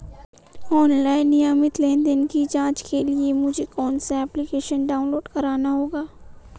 Online नियमित लेनदेन की जांच के लिए मुझे कौनसा एप्लिकेशन डाउनलोड करना होगा?